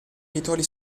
rituali